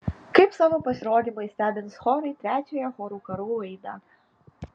kaip savo pasirodymais stebins chorai trečiąją chorų karų laidą